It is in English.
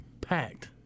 packed